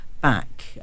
back